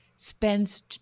spends